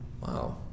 wow